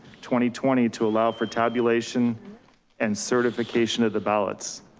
twenty twenty to allow for tabulation and certification of the ballots.